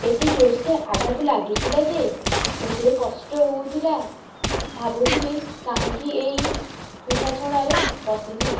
ଏତେ ଜୋର୍ସେ ଆଘାତ ଲାଗିଥିଲା ଯେ ଏତେ କଷ୍ଟ ହେଉଥିଲା ଭାବୁଥିଲି କାହିଁକି ଏଇ ପିଠା ଛଣାରେ ବସିଲି